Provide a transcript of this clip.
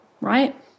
right